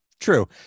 True